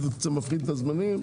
בזול.